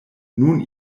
nun